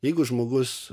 jeigu žmogus